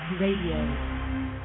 Radio